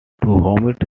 humid